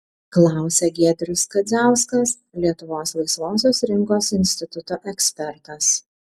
klausia giedrius kadziauskas lietuvos laisvosios rinkos instituto ekspertas